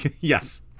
yes